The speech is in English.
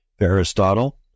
Aristotle